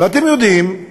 ואתם יודעים,